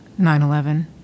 9/11